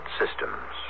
systems